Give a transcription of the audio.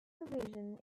supervision